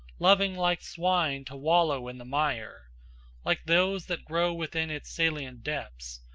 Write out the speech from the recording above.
loving like swine to wallow in the mire like those that grow within its silent depths,